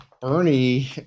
Bernie